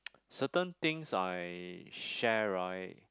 certain things I share right